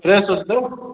fresh ଅଛି ତ